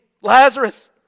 Lazarus